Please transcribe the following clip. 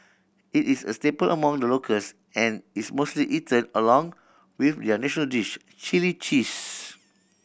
it is a staple among the locals and is mostly eaten along with their national dish chilli cheese